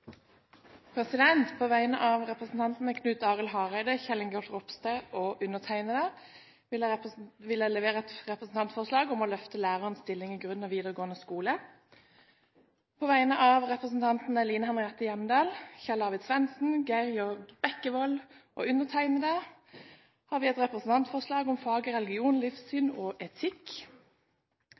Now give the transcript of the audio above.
På vegne av representantene Knut Arild Hareide, Kjell Ingolf Ropstad og undertegnede vil jeg fremme et representantforslag om å løfte lærerens stilling i grunn- og videregående skole. På vegne av representantene Line Henriette Hjemdal, Kjell Arvid Svendsen, Geir Jørgen Bekkevold og undertegnede vil jeg fremme et representantforslag om faget religion, livssyn og etikk.